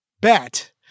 bet